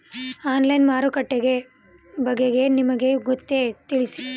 Online ಮಾರುಕಟ್ಟೆ ಬಗೆಗೆ ನಿಮಗೆ ಗೊತ್ತೇ? ತಿಳಿಸಿ?